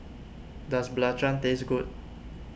does Belacan taste good